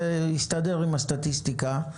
זה מסתדר עם הסטטיסטיקה,